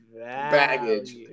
Baggage